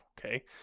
okay